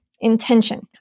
intention